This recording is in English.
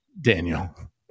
Daniel